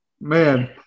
man